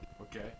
Okay